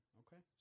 okay